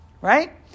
right